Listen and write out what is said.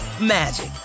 magic